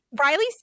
Riley